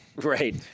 Right